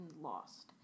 lost